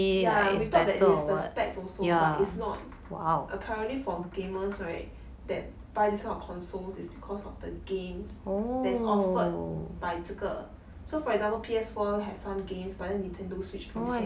ya we thought that it was the specs also but it's not apparently for gamers right that buy these kinds of consoles is because of the game that's offered by 这个 so for example P_S four has some games but then nintendo switch don't have